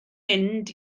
mynd